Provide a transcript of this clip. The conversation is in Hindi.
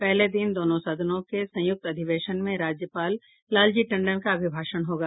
पहले दिन दोनों सदनों के संयुक्त अधिवेशन में राज्यपाल लालजी टंडन का अभिभाषण होगा